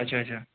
اچھا اچھا